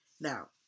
Now